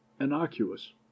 innocuous